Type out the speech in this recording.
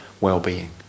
well-being